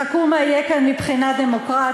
חכו מה יהיה כאן מבחינה דמוקרטית,